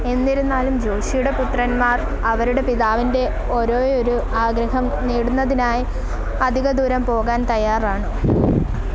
എന്നിരുന്നാലും ജോഷിയുടെ പുത്രന്മാർ അവരുടെ പിതാവിന്റെ ഒരേയൊരു ആഗ്രഹം നേടുന്നതിനായി അധികം ദൂരം പോകാൻ തയ്യാറാണ്